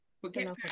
Forget